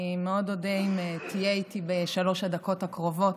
אני מאוד אודה אם תהיה איתי בשלוש הדקות הקרובות.